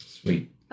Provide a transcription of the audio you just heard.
Sweet